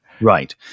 Right